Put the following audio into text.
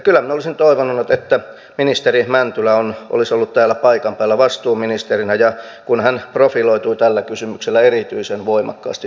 kyllä minä olisin toivonut että ministeri mäntylä olisi ollut täällä paikan päällä vastuuministerinä kun hän profiloitui tällä kysymyksellä erityisen voimakkaasti ennen vaaleja